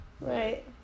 Right